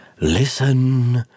listen